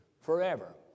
forever